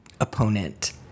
opponent